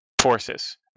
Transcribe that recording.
forces